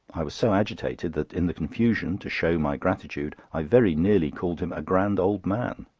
i was so agitated that in the confusion, to show my gratitude i very nearly called him a grand old man.